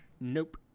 Nope